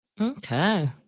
Okay